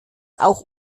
auch